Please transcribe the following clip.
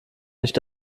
nicht